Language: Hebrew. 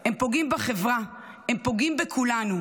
הם פוגעים בחברה, הם פוגעים בכולנו,